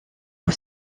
aux